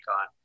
on